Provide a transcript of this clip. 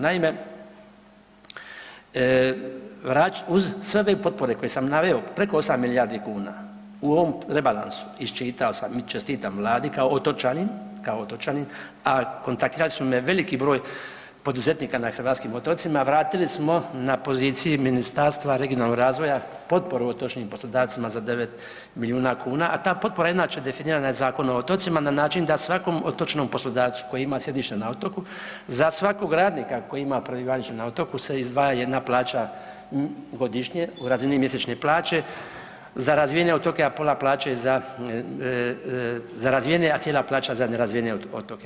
Naime uz sve ove potpore koje sam naveo preko 8 milijardi kuna u ovom rebalansu iščitao sam i čestitam Vladi kao otočanin, kao otočanin, a kontaktirali su me veliki broj poduzetnika na hrvatskim otocima, vratili smo na poziciji Ministarstva regionalnoga razvoja potporu otočnim poslodavcima za 9 milijuna kuna, a ta potpora inače definirana je Zakonom o otocima na način da svakom otočnom poslodavcu koji ima sjedište na otoku za svakog radnika koji ima prebivalište na otoku se izdvaja jedna plaća godišnje u razini mjesečne plaće za razvijane otoka, a pola plaće za razvijene, a cijela plaća za nerazvijene otoke.